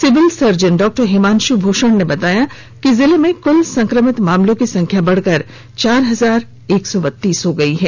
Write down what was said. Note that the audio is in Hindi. सिविल सर्जन डॉ हिमांशु भूषण ने बताया कि जिले में कुल संक्रमित मामलों की संख्या बढ़कर चार हजार एक सौ बत्तीस हो गई है